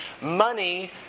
money